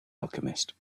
alchemist